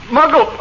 Mago